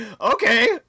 okay